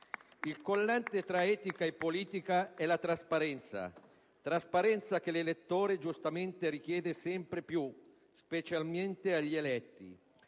Il collante tra etica e politica è la trasparenza. Trasparenza che l'elettore, giustamente, richiede sempre più, specialmente agli eletti.